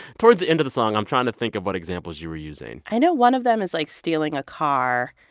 towards the end of the song? i'm trying to think of what examples you were using i know one of them is, like, stealing a car.